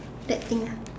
that thing ah